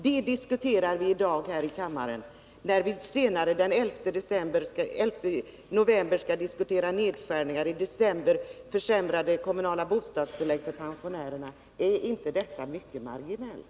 Det diskuterar vi i dag här i kammaren, trots att vi den 11 november skall diskutera nedskärningar och i december försämrade kommunala bostadstillägg för pensionärerna. Är inte dagens förslag mycket marginellt?